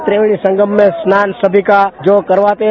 त्रिवेणी संगम में स्नान सभी का जो करवाते हैं